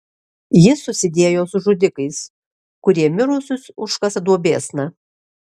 jis susidėjo su žudikais kurie mirusius užkasa duobėsna